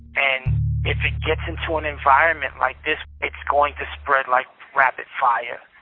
and if it gets into an environment like this, it's going to spread like rapid fire.